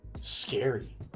scary